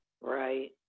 Right